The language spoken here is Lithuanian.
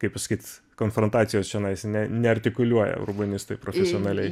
kaip pasakyt konfrontacijos čionais ne neartikuliuoja urbanistai profesionaliai